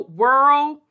world